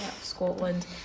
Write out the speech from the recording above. scotland